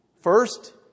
First